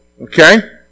okay